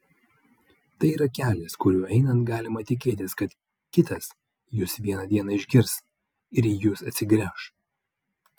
tai yra kelias kuriuo einant galima tikėtis kad kitas jus vieną dieną išgirs ir į jus atsigręš